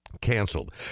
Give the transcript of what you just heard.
Canceled